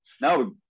No